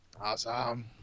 Awesome